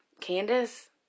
Candace